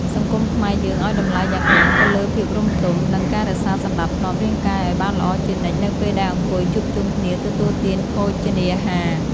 សង្គមខ្មែរយើងឱ្យតម្លៃយ៉ាងខ្លាំងទៅលើភាពរម្យទម និង ការរក្សាសណ្តាប់ធ្នាប់រាងកាយឱ្យបានល្អជានិច្ចនៅពេលដែលអង្គុយជួបជុំគ្នាទទួលទានភោជនាហារ។